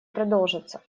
продолжатся